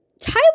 Tyler